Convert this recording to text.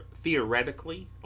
theoretically